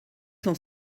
cent